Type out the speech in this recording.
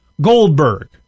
Goldberg